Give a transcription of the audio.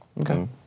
Okay